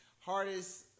Hardest